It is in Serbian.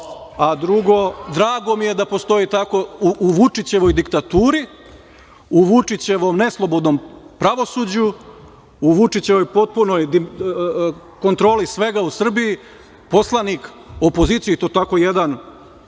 a drugo, drago mi je da postoji tako u Vučićevoj diktaturi, u Vučićevom ne slobodnom pravosuđu, u Vučićevoj potpunoj kontroli svega u Srbiji, poslanik opozicije i to tako jedan